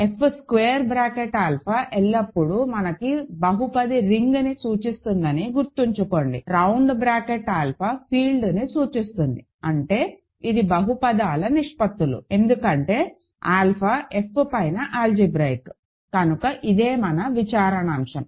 F square bracket alpha ఎల్లప్పుడూ మనకు బహుపది రింగ్ని సూచిస్తుందని గుర్తుంచుకోండి రౌండ్ బ్రాకెట్ ఆల్ఫా ఫీల్డ్ను సూచిస్తుంది అంటే ఇది బహుపదాల నిష్పత్తులు ఎందుకంటే ఆల్ఫా F పైన ఆల్జీబ్రాయిక్ కనుక ఇదే మన విచారణాంశం